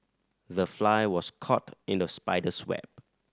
the fly was caught in the spider's web